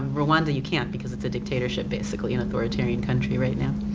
rwanda you can't, because it's a dictatorship, basically, an authoritarian country right now.